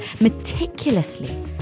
meticulously